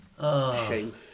shame